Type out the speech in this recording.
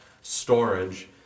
Storage